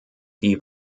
die